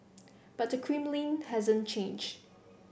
but the Kremlin hasn't changed